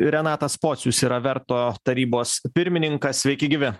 renatas pocius yra verto tarybos pirmininkas sveiki gyvi